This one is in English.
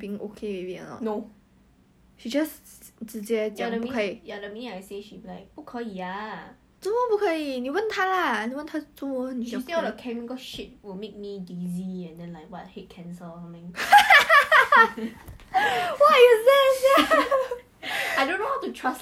there's something in my head that's punching my scalp or something is damn it was damn very 不舒服 then I just go and bath then okay already I think I think 我头皮已经习惯每天洗头 [what]